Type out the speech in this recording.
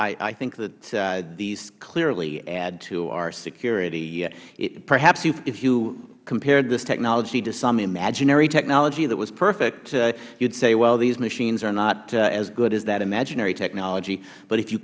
no i think that these clearly add to our security perhaps if you compared this technology to some imaginary technology that was perfect you would say well these machines are not as good as that imaginary technology but if you